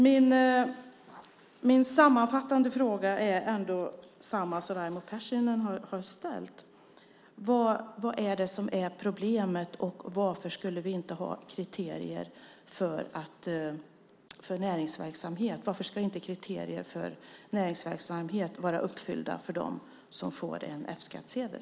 Mina sammanfattande frågor är desamma som Pärssinen ställde. Vad är det som är problemet, och varför skulle vi inte ha kriterier för näringsverksamhet? Varför ska inte kriterier för näringsverksamhet vara uppfyllda för dem som får en F-skattsedel?